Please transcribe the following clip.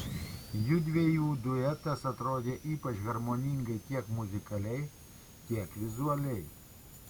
judviejų duetas atrodė ypač harmoningai tiek muzikaliai tiek vizualiai